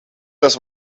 das